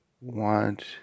want